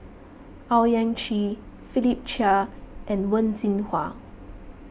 Owyang Chi Philip Chia and Wen Jinhua